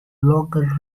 longer